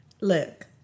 Look